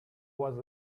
was